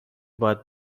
باید